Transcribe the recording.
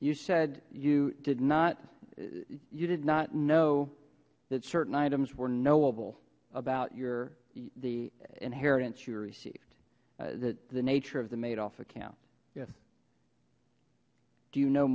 you said you did not you did not know that certain items were knowable about your the inheritance you received that the nature of the madoff account yes do you know